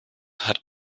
hat